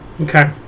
okay